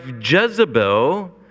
Jezebel